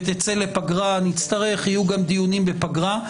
ותצא לפגרה, יהיו גם דיונים בפגרה.